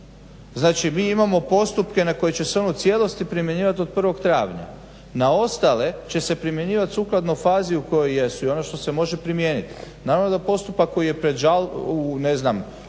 znači mi imamo postupke na koje će se on u cijelosti primjenjivati od 1.travnja. na ostale će se primjenjivati sukladno fazi u kojoj jesu i ono što se može primijeniti. Naravno da postupak koji je otišao u jednu